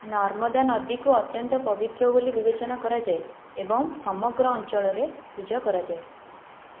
ନର୍ମଦା ନଦୀକୁ ଅତ୍ୟନ୍ତ ପବିତ୍ର ବୋଲି ବିବେଚନା କରାଯାଏ ଏବଂ ସମଗ୍ର ଅଞ୍ଚଳରେ ପୂଜା କରାଯାଏ